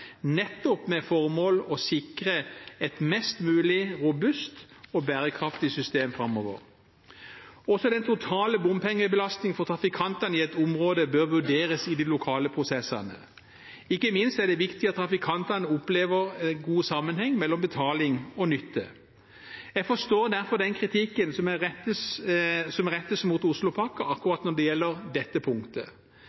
nettopp med det formålet å sikre et mest mulig robust og bærekraftig system framover. Også den totale bompengebelastningen for trafikantene i et område bør vurderes i de lokale prosessene. Ikke minst er det viktig at trafikantene opplever en god sammenheng mellom betaling og nytte. Jeg forstår derfor kritikken som rettes mot